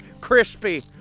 Crispy